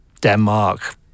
Denmark